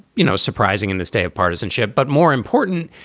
you know, surprising in this day of partisanship. but more important,